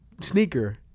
sneaker